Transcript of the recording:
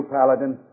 Paladin